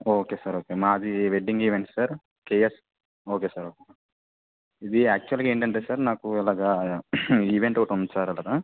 okay sir okay మాది wedding event sir K S okay sir okay ఇది యాక్చుయల్గా ఏంటంటే సార్ నాకు ఇలాగ ఈవెంట్ ఒకటి ఉంది సార్ అక్కడ